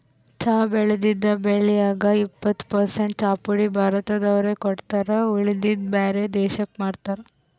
ಚಾ ಬೆಳದಿದ್ದ್ ಬೆಳ್ಯಾಗ್ ಎಪ್ಪತ್ತ್ ಪರಸೆಂಟ್ ಚಾಪುಡಿ ಭಾರತ್ ದವ್ರೆ ಕುಡಿತಾರ್ ಉಳದಿದ್ದ್ ಬ್ಯಾರೆ ದೇಶಕ್ಕ್ ಮಾರ್ತಾರ್